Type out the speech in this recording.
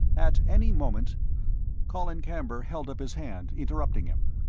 at any moment colin camber held up his hand, interrupting him.